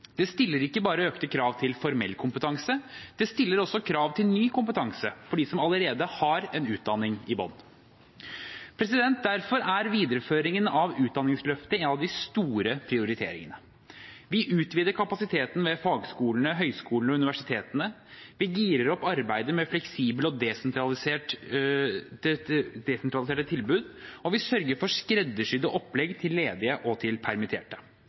Det stiller ikke bare økte krav til formell kompetanse, det stiller også krav til ny kompetanse for dem som allerede har en utdanning i bunn. Derfor er videreføringen av Utdanningsløftet en av de store prioriteringene. Vi utvider kapasiteten ved fagskolene, høyskolene og universitetene, vi girer opp arbeidet med fleksible og desentraliserte tilbud, og vi sørger for skreddersydde opplegg til ledige og til permitterte.